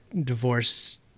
divorce